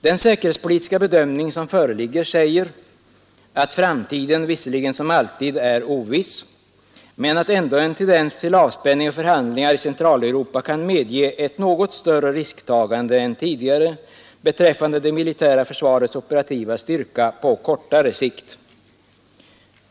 Den säkerhetspolitiska bedömning som föreligger säger att framtiden visserligen som alltid är oviss men att ändå en tendens till avspänning och förhandlingar i Centraleuropa kan medge ett något större risktagande än tidigare beträffande det militära försvarets operativa styrka på kortare sikt.